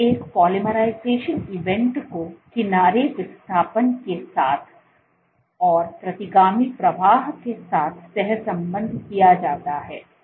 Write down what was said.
तो एक polymerisation event को किनारे विस्थापन के साथ और प्रतिगामी प्रवाह के साथ सहसंबद्ध किया जाता है